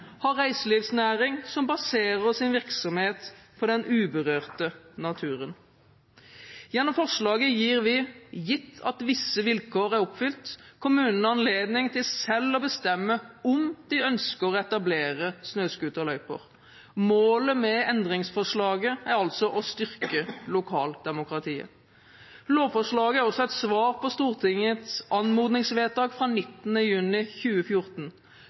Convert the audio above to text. har reiselivsnæring som baserer sin virksomhet på den uberørte naturen. Gjennom forslaget gir vi – gitt at visse vilkår er oppfylt – kommunene anledning til selv å bestemme om de ønsker å etablere snøscooterløyper. Målet med endringsforslaget er altså å styrke lokaldemokratiet. Lovforslaget er også et svar på Stortingets anmodningsvedtak fra 19. juni 2014.